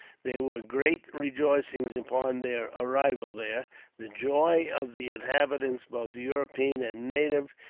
there were great rejoicings upon their arrival there the joy of the inhabitants, both european and native,